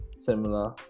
similar